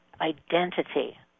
identity